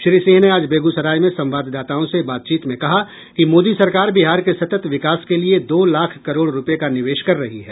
श्री सिंह ने आज बेगूसराय में संवाददाताओं से बातचीत में कहा कि मोदी सरकार बिहार के सतत विकास के लिए दो लाख करोड़ रुपये का निवेश कर रही है